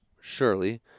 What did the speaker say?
surely